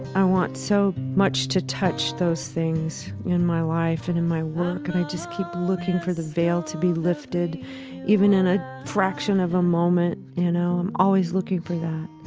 i want so much to touch those things in my life and in my work, and i just keep looking for the veil to be lifted even in a fraction of a moment you know. i'm always looking for that.